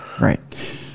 right